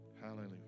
Hallelujah